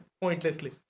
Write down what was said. pointlessly